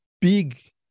big